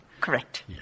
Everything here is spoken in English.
Correct